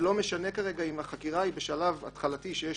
ולא משנה אם החקירה היא בשלב התחלתי שיש